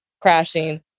crashing